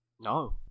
No